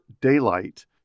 daylight